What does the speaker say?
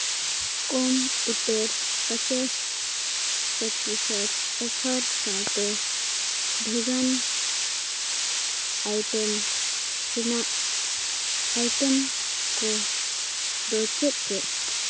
ᱠᱚᱢ ᱩᱛᱟᱹᱨ ᱯᱟᱪᱟᱥ ᱯᱚᱛᱤᱥᱚᱛ ᱚᱯᱷᱟᱨ ᱥᱟᱶᱛᱮ ᱵᱷᱮᱜᱟᱱ ᱟᱭᱴᱮᱢ ᱨᱮᱱᱟᱜ ᱟᱭᱴᱮᱢ ᱠᱚ ᱫᱚ ᱪᱮᱫ ᱪᱮᱫ